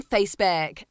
Facebook